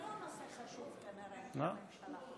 זה כנראה לא נושא חשוב לממשלה, לצערי הרב.